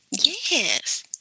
Yes